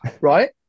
right